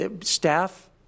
staff